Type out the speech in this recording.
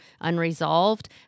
unresolved